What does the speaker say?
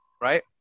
right